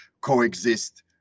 coexist